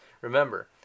Remember